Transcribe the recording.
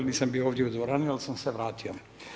Nisam bio ovdje u dvorani, ali sam se vratio.